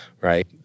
right